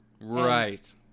Right